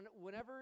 whenever